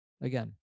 Again